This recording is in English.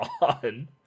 on